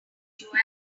joanna